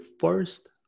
first